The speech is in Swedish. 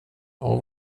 och